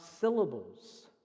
syllables